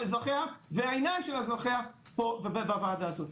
אזרחיה ובעיניים של אזרחיה פה בוועדה הזאת.